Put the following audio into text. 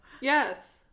Yes